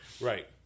Right